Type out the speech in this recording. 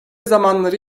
zamanları